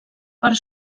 part